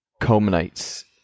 culminates